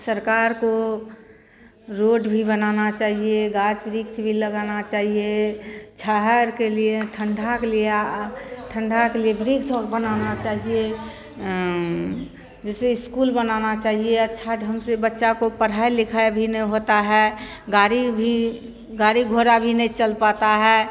सरकार को रोड भी बनाना चाहिए गाछ वृक्ष भी लगाना चाहिए छाहैर के लिए ठंडा के लिए आ आ ठंडा के लिए वृक्ष और बनाना चाहिए जैसे स्कूल बनाना चाहिए अच्छे ढंग से बच्चे को पढ़ाई लिखाई भी नहीन होती है गाड़ी भी गाडी घोड़ा भी नहीं चल पाता है